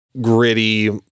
gritty